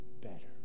better